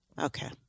Okay